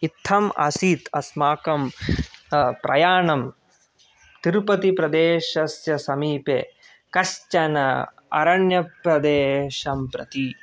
इत्थम् आसीत् अस्माकं प्रयाणं तिरुपतिप्रदेशस्य समीपे कश्चन अरण्यप्रदेशं प्रति